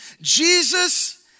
Jesus